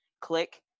Click